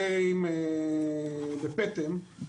ופטם,